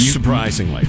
Surprisingly